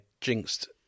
jinxed